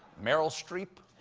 meryl streep,